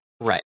Right